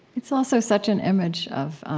it's also such an image of